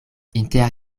inter